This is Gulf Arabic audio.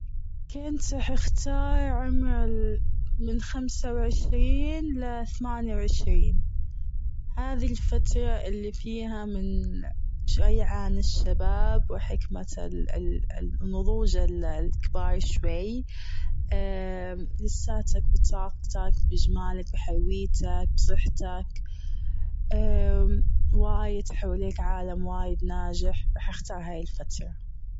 كنت راح اختار عمر من خمسة وعشرين لثمانية وعشرين هذي الفترة اللي فيها من ريعان الشباب وحكمة ال-ال-النضوج الكبار شوي، لساتك بصباك بجمالك وحيويتك وصحتك وايد حولك عالم وايد ناجح رح اختار هاي الفترة.